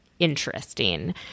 Interesting